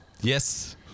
Yes